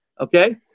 Okay